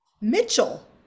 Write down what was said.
Mitchell